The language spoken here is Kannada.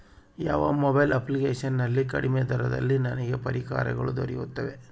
ಯಾವ ಮೊಬೈಲ್ ಅಪ್ಲಿಕೇಶನ್ ನಲ್ಲಿ ಕಡಿಮೆ ದರದಲ್ಲಿ ನನಗೆ ಪರಿಕರಗಳು ದೊರೆಯುತ್ತವೆ?